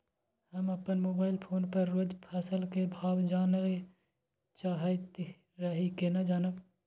हम अपन mobile phone पर रोज फसल के भाव जानय ल चाहैत रही केना जानब?